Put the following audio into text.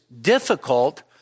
difficult